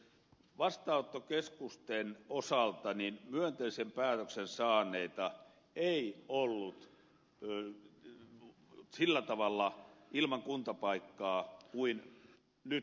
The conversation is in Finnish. vastaanottokeskusten osalta myönteisen päätöksen saaneita ei ollut sillä tavalla ilman kuntapaikkaa kuin nyt